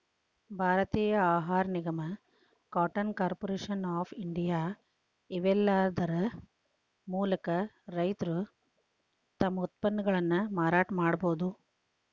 ಭಾರತೇಯ ಆಹಾರ ನಿಗಮ, ಕಾಟನ್ ಕಾರ್ಪೊರೇಷನ್ ಆಫ್ ಇಂಡಿಯಾ, ಇವೇಲ್ಲಾದರ ಮೂಲಕ ರೈತರು ತಮ್ಮ ಉತ್ಪನ್ನಗಳನ್ನ ಮಾರಾಟ ಮಾಡಬೋದು